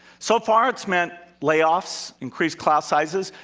so far it's meant layoffs, increased class sizes.